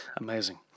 Amazing